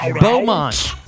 Beaumont